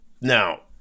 Now